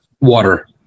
Water